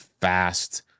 fast